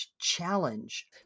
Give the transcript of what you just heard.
challenge